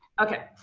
okay.